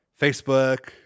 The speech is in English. Facebook